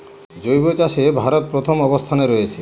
জৈব চাষে ভারত প্রথম অবস্থানে রয়েছে